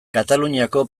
kataluniako